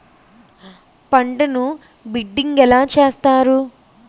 పంటను బిడ్డింగ్ ఎలా చేస్తారు?